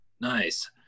Nice